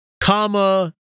comma